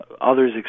others